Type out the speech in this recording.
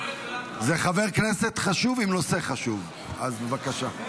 זה חבר כנסת חשוב עם נושא חשוב, אז בבקשה.